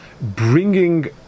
bringing